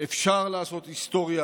אפשר לעשות היסטוריה